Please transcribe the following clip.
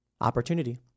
Opportunity